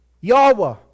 Yahweh